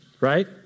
right